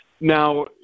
Now